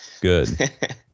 Good